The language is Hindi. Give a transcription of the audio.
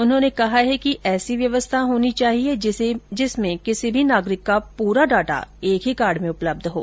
उन्होंने कहा कि ऐसी व्यवस्था होनी चाहिए जिसमें किसी भी नागरिक का पूरा डाटा एक ही कार्ड में उपलब्ध हों